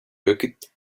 looked